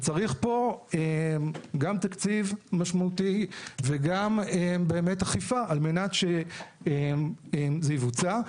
צריך פה גם תקציב משמעותי וגם באמת אכיפה על מנת שזה יבוצע.